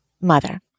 mother